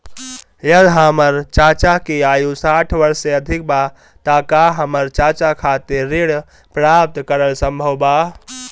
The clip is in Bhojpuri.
यदि हमर चाचा की आयु साठ वर्ष से अधिक बा त का हमर चाचा खातिर ऋण प्राप्त करल संभव बा